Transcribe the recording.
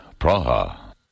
Praha